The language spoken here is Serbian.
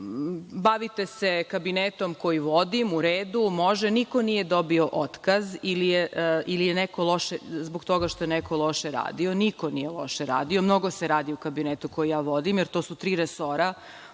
luke. Bavite se kabinetom koji vodim, u redu, može. Niko nije dobio otkaz zbog toga što je neko loše radio. Niko nije loše radio, mnogo se radi u kabinetu koji ja vodim, jer to su tri resora.